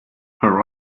her